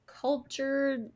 culture